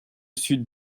sud